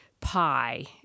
pie